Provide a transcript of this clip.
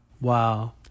Wow